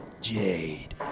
Jade